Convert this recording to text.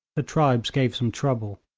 the tribes gave some trouble.